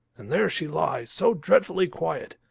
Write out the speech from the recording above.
and there she lies, so dreadfully quiet!